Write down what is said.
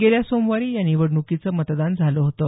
गेल्या सोमवारी या निवडण्कीचं मतदान झालं होतं